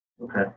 Okay